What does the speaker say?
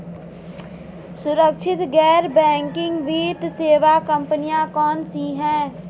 सुरक्षित गैर बैंकिंग वित्त सेवा कंपनियां कौनसी हैं?